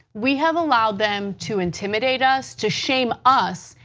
we have allowed them to intimidate us, to shame us,